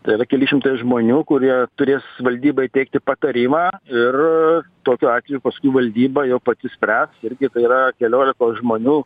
tai yra keli šimtai žmonių kurie turės valdybai teikti patarimą ir tokiu atveju paskui valdyba jau pati spręs irgi tai yra keliolikos žmonių